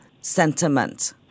sentiment